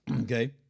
Okay